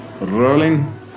Rolling